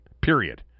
Period